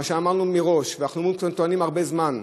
מה שאמרנו מראש ואנחנו טוענים כבר הרבה זמן,